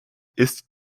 ist